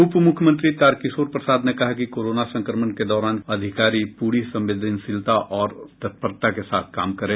उप मुख्यमंत्री तारकिशोर प्रसाद ने कहा कि कोरोना संक्रमण के दौरान अधिकारी प्री संवेदनशीलता और तत्परता के साथ काम करें